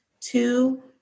Two